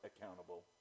accountable